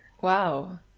Wow